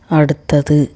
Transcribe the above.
அடுத்தது